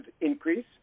increase